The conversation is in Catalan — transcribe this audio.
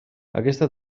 aquesta